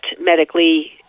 medically